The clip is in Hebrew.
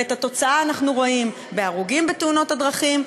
ואת התוצאה אנחנו רואים בהרוגים בתאונות הדרכים,